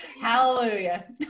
hallelujah